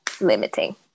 limiting